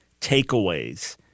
takeaways